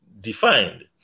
defined